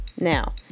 Now